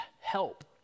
help